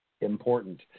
important